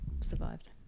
survived